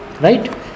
Right